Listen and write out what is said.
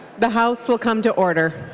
the house will come to order.